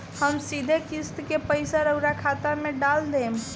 हम सीधे किस्त के पइसा राउर खाता में डाल देम?